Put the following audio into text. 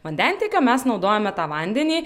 vandentiekio mes naudojame tą vandenį